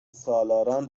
سالاران